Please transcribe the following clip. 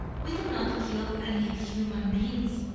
we do not kill and eat human beings.